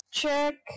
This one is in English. check